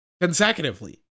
consecutively